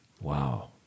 Wow